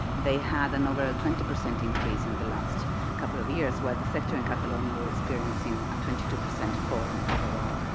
they had and over a twenty percent increase in the last couple of years where the section and and was experiencing a twenty two percent fall overall.